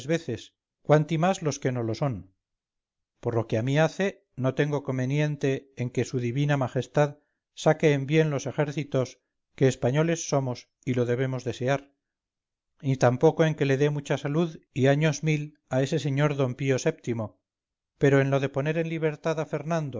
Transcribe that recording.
cuanti más los que no lo son por lo que a mí hace no tengo comeniente en que su divina majestad saque en bien los ejércitos que españoles somos y lo debemos desear ni tampoco en que le dé mucha salud y años mil a ese señor d pío vii pero en lo de poner en libertad a fernando